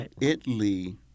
Italy